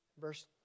verse